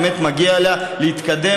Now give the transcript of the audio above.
באמת מגיע לה להתקדם,